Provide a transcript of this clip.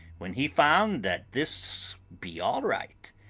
when he found that this be all-right,